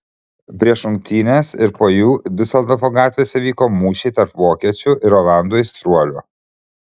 prieš rungtynes ir po jų diuseldorfo gatvėse vyko mūšiai tarp vokiečių ir olandų aistruolių